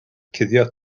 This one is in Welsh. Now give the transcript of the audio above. cuddio